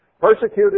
Persecuted